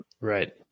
right